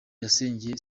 yasengeye